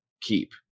keep